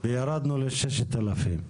וירדנו ל-6,000.